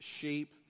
sheep